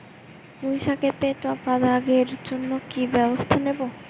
পুই শাকেতে টপা দাগের জন্য কি ব্যবস্থা নেব?